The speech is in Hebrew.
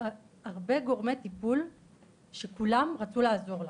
הרבה גורמי טיפול שכולם רצו לעזור לה.